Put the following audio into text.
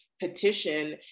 petition